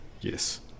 Yes